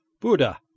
Buddha